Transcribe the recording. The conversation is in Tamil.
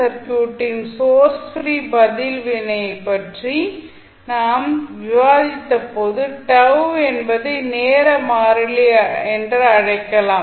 சர்க்யூட்டின் சோர்ஸ் ப்ரீ பதில் வினையை பற்றி நாம் விவாதித்தபோது என்பதை நேர மாறிலி அழைக்கலாம்